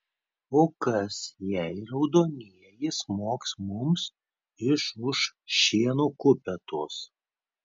o kas jei raudonieji smogs mums iš už šieno kupetos